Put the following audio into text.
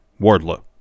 Wardlow